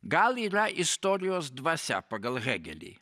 gal yra istorijos dvasia pagal hėgelį